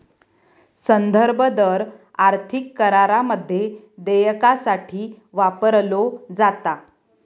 संदर्भ दर आर्थिक करारामध्ये देयकासाठी वापरलो जाता